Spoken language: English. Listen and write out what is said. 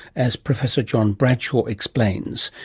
as professor john bradshaw explains.